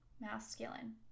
Masculine